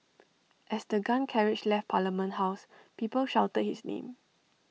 as the gun carriage left parliament house people shouted his name